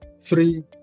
three